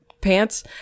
pants